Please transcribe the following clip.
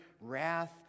wrath